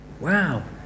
Wow